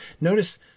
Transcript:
Notice